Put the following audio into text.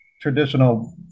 traditional